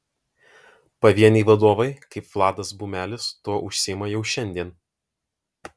pavieniai vadovai kaip vladas bumelis tuo užsiima jau šiandien